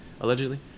allegedly